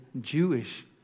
Jewish